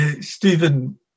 Stephen